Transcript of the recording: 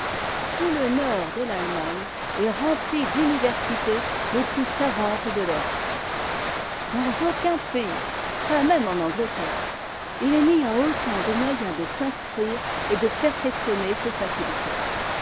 tout le nord de l'allemagne est remp d'universités les plus savantes de l'europe dans aucun pays pas même en angleterre il n'y a autant de moyens de s'instruire et de perfectionner ses faeu